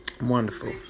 wonderful